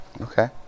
Okay